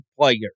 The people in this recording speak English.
players